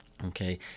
Okay